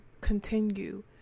continue